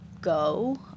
go